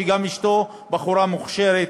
וגם אשתו בחורה מוכשרת,